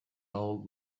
old